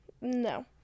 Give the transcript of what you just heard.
No